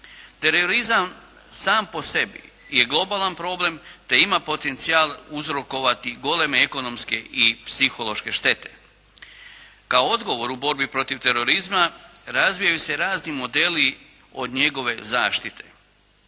Terorizam sam po sebi je globalan problem te ima potencijal uzrokovati goleme ekonomske i psihološke štete. Kao odgovor u borbi protiv terorizma razvijaju se razni modeli od njegove zaštite.